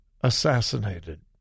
assassinated